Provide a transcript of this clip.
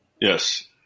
Yes